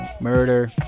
murder